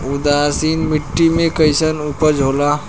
उदासीन मिट्टी में कईसन उपज होला?